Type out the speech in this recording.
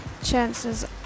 chances